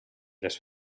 les